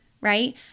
right